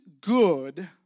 good